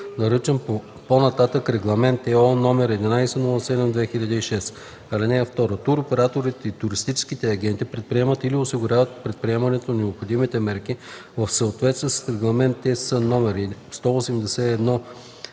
наричан по нататък „Регламент (ЕО) № 1107/2006”. (2) Туроператорите и туристическите агенти предприемат или осигуряват предприемането на необходимите мерки в съответствие с Регламент (ЕС) №